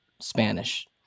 Spanish